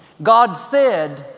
god said,